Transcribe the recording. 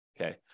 okay